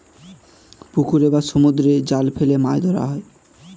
পুকুরে বা সমুদ্রে জাল ফেলে মাছ ধরা হয়